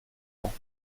ans